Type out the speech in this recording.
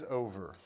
over